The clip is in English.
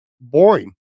boring